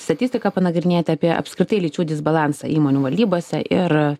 statistiką panagrinėti apie apskritai lyčių disbalansą įmonių valdybose ir